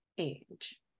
age